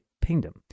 Pingdom